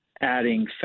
adding